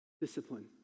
discipline